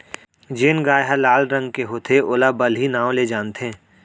जेन गाय ह लाल रंग के होथे ओला बलही नांव ले जानथें